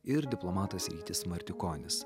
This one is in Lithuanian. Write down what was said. ir diplomatas rytis martikonis